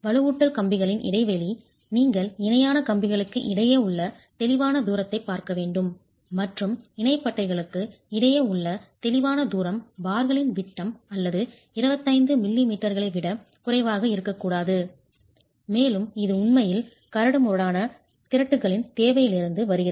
வலுவூட்டல் கம்பிகளின் இடைவெளி நீங்கள் இணையான கம்பிகளுக்கு இடையே உள்ள தெளிவான தூரத்தை பார்க்க வேண்டும் மற்றும் இணை பட்டைகளுக்கு இடையே உள்ள தெளிவான தூரம் பார்களின் விட்டம் அல்லது 25 மில்லிமீட்டர்களை விட குறைவாக இருக்கக்கூடாது மேலும் இது உண்மையில் கரடுமுரடான திரட்டுகளின் தேவையிலிருந்து வருகிறது